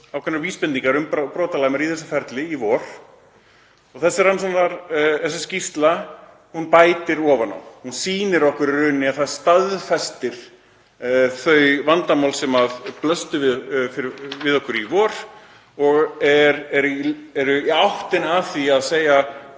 ákveðnar vísbendingar um brotalamir í þessu ferli í vor og þessi skýrsla bætir ofan á. Hún sýnir okkur í rauninni og staðfestir þau vandamál sem blöstu við okkur í vor og fer í áttina að því að segja